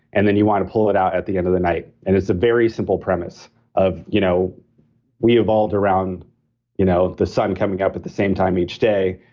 and then you want to pull it out at the end of the night. and it's a very simple premise of. you know we evolved around you know the sun coming up at the same time each day,